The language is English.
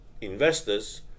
investors